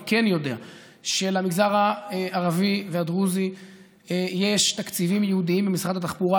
אני כן יודע שלמגזר הערבי והדרוזי יש תקציבים ייעודיים במשרד התחבורה,